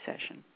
session